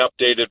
updated